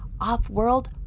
off-world